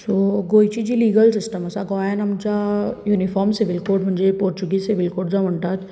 so गोंयची जी legal system आसा गोंयांत आमच्या युनिफोर्म सिवील कोड म्हणजे पोर्चुगीज सिवील कोड जे म्हणटात